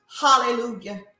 Hallelujah